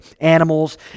animals